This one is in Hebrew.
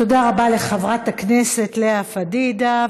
תודה רבה לחברת הכנסת לאה פדידה.